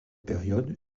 période